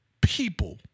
people